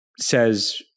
says